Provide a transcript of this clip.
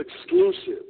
exclusive